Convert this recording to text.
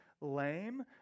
lame